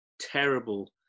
terrible